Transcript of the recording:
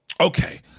Okay